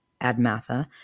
Admatha